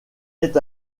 est